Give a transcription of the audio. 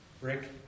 Rick